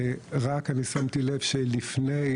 ורק אני שמתי לב שלפני,